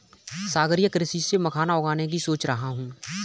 सागरीय कृषि से मखाना उगाने की सोच रहा हूं